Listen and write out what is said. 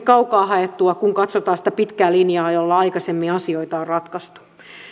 kaukaa haettua kun katsotaan sitä pitkää linjaa jolla aikaisemmin asioita on ratkaistu